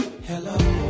Hello